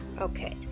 Okay